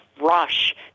rush